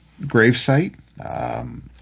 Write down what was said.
gravesite